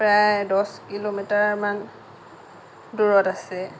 প্ৰায় দহ কিলোমিটাৰমান দূৰত আছে